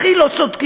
הכי לא צודקים,